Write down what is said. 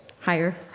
higher